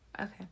Okay